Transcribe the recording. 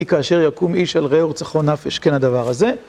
כאשר יקום איש על רעהו ורצחו נפש כן הדבר הזה